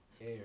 air